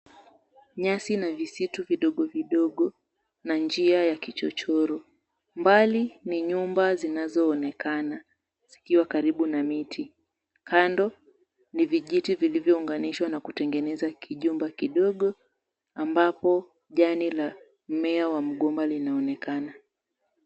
Nyasi na visitu vidogo vidogo, na njia ya kichochoro. Mbali ni nyumba zinazoonekana zikiwa karibu na miti. Kando ni vijiti vilivyounganishwa na kutengeneza kijumba kidogo ambapo jani la mmea wa mgomba linaonekana.